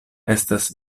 estas